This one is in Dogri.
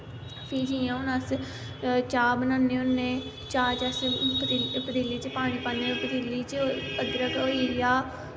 फ्ही जियां हून अस चाह् बनाने होन्ने चाह् च अस इक पतीली च पानी पान्ने पतीली च अदरक होईया